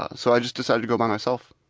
ah so i just decided to go by myself.